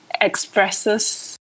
expresses